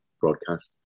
broadcast